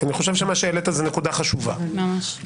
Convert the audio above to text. ואני חושב שמה שהעלית זה נקודה חשובה מאוד.